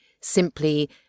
simply